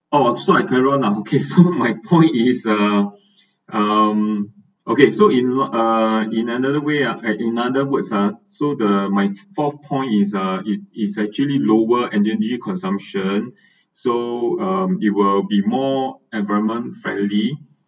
oh so I carry on uh okay so my point is uh um okay so in uh in another way uh in another word uh so the my fourth point is uh is actually lower energy consumption so um it will be more environment friendly